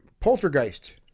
Poltergeist